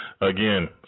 again